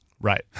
Right